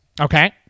Okay